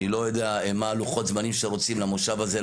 אני לא יודע מה לוחות הזמנים שרוצים למושב הזה,